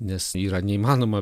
nes yra neįmanoma